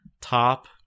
top